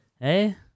Hey